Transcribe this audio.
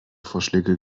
vorschläge